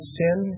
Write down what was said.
sin